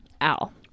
Al